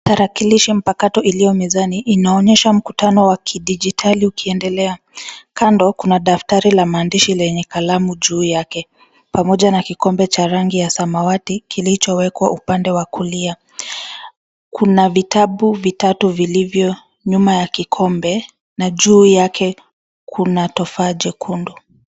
Tarakilishi mpakato iliyo mezani, inaonyesha mkutano wa kidijitali ukiendelea. Kando, kuna daftari la maandishi lenye kalamu juu yake pamoja na kikombe cha rangi ya samawati kilichowekwa upande wa kulia. Kuna vitabu vitatu vilivyo nyuma ya kikombe na juu yake kuna tufaha jekundu.